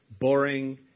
boring